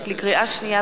כן.